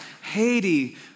Haiti